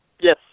Yes